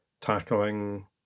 tackling